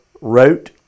wrote